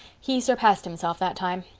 he surpassed himself that time.